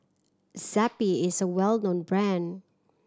Zappy is a well known brand